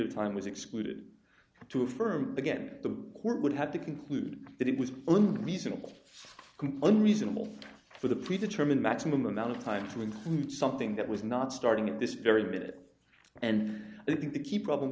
of time was excluded to affirm again the court would have to conclude that it was only reasonable complan reasonable for the pre determined maximum amount of time to include something that was not starting at this very minute and i think the key problem